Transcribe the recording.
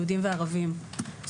יהודים וערבים.